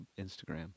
Instagram